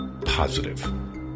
positive